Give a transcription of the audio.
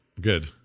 Good